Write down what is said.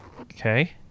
Okay